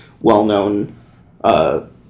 well-known